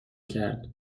کرد